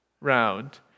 round